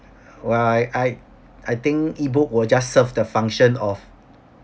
well I I I think ebook will just serve the function of